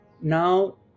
Now